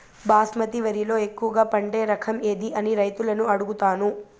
బాస్మతి వరిలో ఎక్కువగా పండే రకం ఏది అని రైతులను అడుగుతాను?